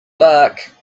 luck